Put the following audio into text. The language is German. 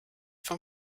von